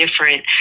different